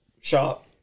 shop